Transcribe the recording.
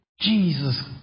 Jesus